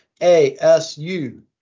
ASU